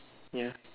ya